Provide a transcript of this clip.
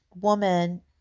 woman